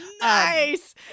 Nice